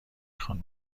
خوان